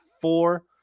four